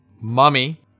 mummy